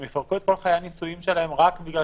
הם יפרקו את חיי הנישואים שלהם רק בגלל